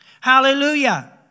Hallelujah